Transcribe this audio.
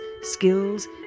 skills